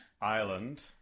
Ireland